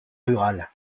rural